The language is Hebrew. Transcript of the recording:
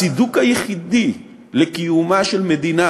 הצידוק היחידי לקיומה של מדינה